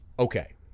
Okay